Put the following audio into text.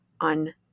on